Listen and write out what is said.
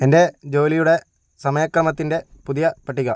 എൻ്റെ ജോലിയുടെ സമയ ക്രമത്തിൻ്റെ പുതിയ പട്ടിക